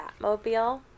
batmobile